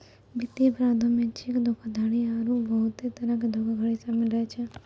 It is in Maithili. वित्तीय अपराधो मे चेक धोखाधड़ी आरु बहुते तरहो के धोखाधड़ी शामिल रहै छै